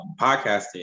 podcasting